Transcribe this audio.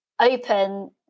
open